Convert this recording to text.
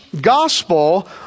Gospel